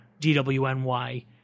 DWNY